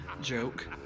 joke